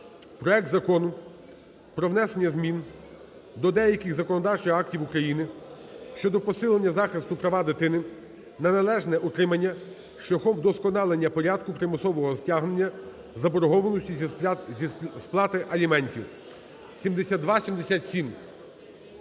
проект Закону: про внесення змін до деяких законодавчих актів України щодо посилення захисту права дитини на належне утримання шляхом вдосконалення порядку примусового стягнення заборгованості зі сплати аліментів (7277).